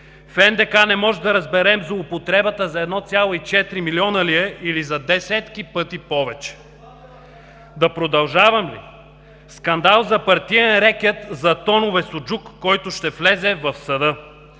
В НДК не можем да разберем злоупотребата за 1,4 милиона ли е, или за десетки пъти повече. Да продължавам ли? Скандал за партиен рекет за тонове суджук, който ще влезе в съда.